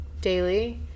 daily